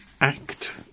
act